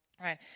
right